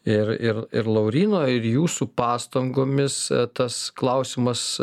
ir ir ir lauryno ir jūsų pastangomis tas klausimas